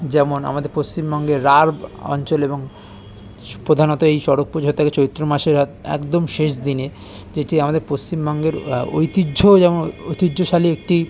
যেমন আমাদের পশ্চিমবঙ্গের রাঢ় অঞ্চল এবং প্রধানত এই চড়ক পুজো হয়ে থাকে চৈত্র মাসের এক একদম শেষ দিনে যেটি আমাদের পশ্চিমবঙ্গের ঐতিহ্য যেমন ঐতিহ্যশালী একটি